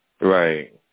Right